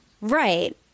right